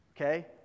Okay